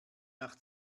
nach